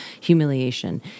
humiliation